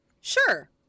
Sure